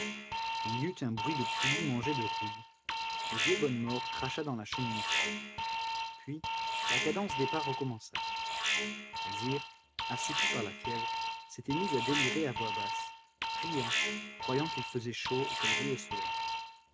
il y eut un bruit de poulie mangée de rouille le vieux bonnemort cracha dans la cheminée froide puis la cadence des pas recommença alzire assoupie par la fièvre s'était mise à délirer à voix basse riant croyant qu'il faisait chaud et qu'elle jouait au soleil